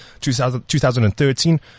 2013